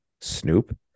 Snoop